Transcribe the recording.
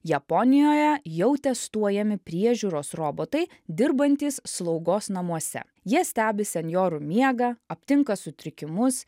japonijoje jau testuojami priežiūros robotai dirbantys slaugos namuose jie stebi senjorų miegą aptinka sutrikimus